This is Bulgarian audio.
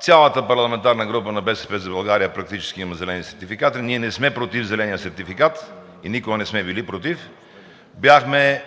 Цялата парламентарна група на „БСП за България“ практически има зелени сертификати. Ние не сме против зеления сертификат и никога не сме били против. Бяхме